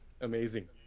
Amazing